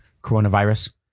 coronavirus